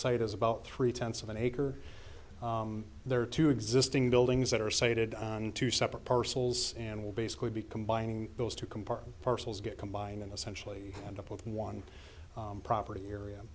site is about three tenths of an acre there are two existing buildings that are sited on two separate parcels and will basically be combining those two compartments parcels get combine and essentially end up with one property area